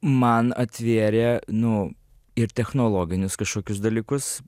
man atvėrė nu ir technologinius kažkokius dalykus